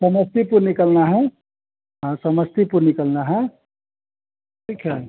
समस्तीपुर निकलना है हाँ समस्तीपुर निकलना है ठीक है